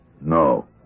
No